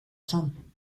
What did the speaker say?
son